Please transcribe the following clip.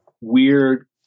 weird